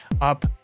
up